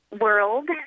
world